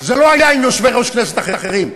זה לא היה עם יושבי-ראש כנסת אחרים,